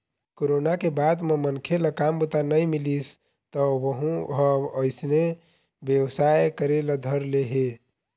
corona के बाद म मनखे ल काम बूता नइ मिलिस त वहूँ ह अइसने बेवसाय करे ल धर ले हे